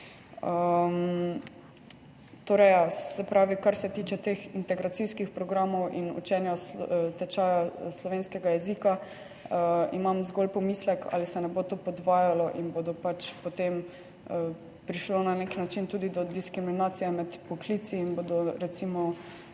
pravi, kar se tiče teh integracijskih programov in učenja tečaja slovenskega jezika, imam zgolj pomislek, ali se ne bo to podvajalo in bo potem prišlo na nek način tudi do diskriminacije med poklici in bodo, recimo